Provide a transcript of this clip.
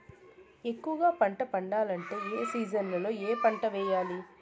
ఎక్కువగా పంట పండాలంటే ఏ సీజన్లలో ఏ పంట వేయాలి